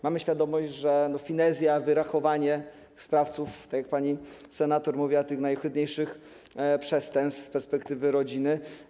Mamy świadomość, że finezja, wyrachowanie sprawców, tak jak pani senator mówiła, tych najohydniejszych przestępstw z perspektywy rodziny.